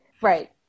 Right